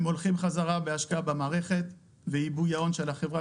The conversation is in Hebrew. הם הולכים חזרה בהשקעה במערכת ועיבוי ההון של החברה.